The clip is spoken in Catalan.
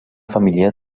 família